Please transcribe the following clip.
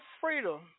freedom